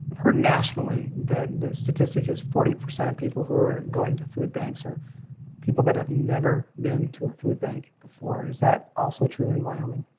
heard nationally that the statistic is forty percent of people who are going to food banks are people that have never been to a food bank before. is that also true in wyoming?